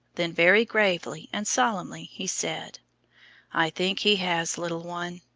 then very gravely and solemnly he said i think he has, little one.